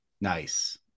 Nice